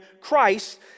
Christ